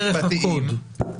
דרך הקוד.